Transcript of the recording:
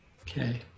Okay